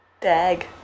Dag